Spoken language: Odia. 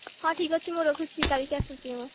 ହଁ ଠିକ୍ ଅଛି ମୁଁ ରଖୁଛି କାଲିକି ଆସୁଛି ମୁଁ